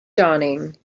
dawning